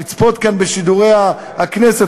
לצפות כאן בשידורי הכנסת.